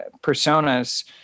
personas